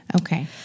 Okay